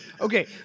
Okay